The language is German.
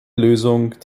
lösung